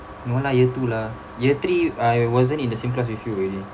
no lah year two lah year three I wasn't in the same class with you already